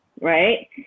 right